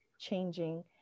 changing